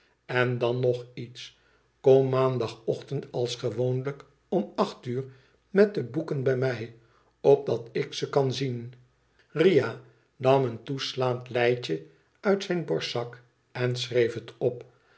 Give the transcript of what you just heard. en dan nog iets kom maandagochtend als gewoonlijk om acht uur met de boeken bij mij opdat ik ze kan zien eja nam een toeslaand leitje uit zijn borstzak en schreef het op